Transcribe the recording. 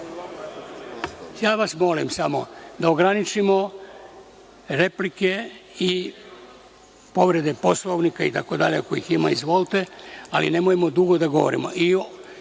vas molim da ograničimo replike i povrede Poslovnika itd. Ako ih ima, izvolite, ali nemojmo dugo da govorimo.